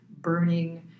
burning